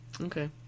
Okay